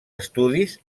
estudis